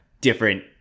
different